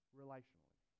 relationally